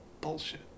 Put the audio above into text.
bullshit